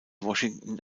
washington